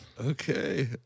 Okay